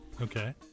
Okay